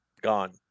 gone